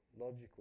logical